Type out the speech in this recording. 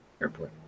airport